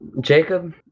Jacob